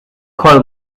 call